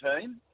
team